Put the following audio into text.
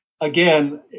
again